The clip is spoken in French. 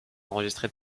enregistré